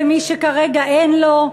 הוא מתעלל במי שכרגע אין לו,